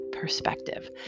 perspective